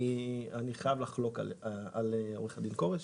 אני חולק על עורך הדין כורש.